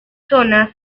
zonas